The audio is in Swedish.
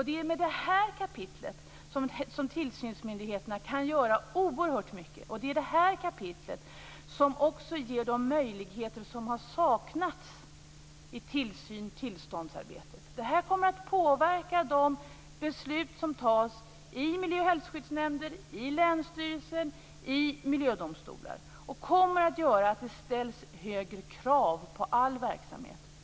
Det är detta kapitel som gör att tillsynsmyndigheterna kan göra oerhört mycket och ger de möjligheter som har saknats i tillsyns och tillståndsarbetet. Detta kommer att påverka de beslut som fattas i miljö och hälsoskyddsnämnder, i länsstyrelsen och i miljödomstolar. Det kommer att göra att det ställs högre krav på all verksamhet.